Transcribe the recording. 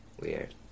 Weird